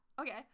okay